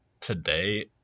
today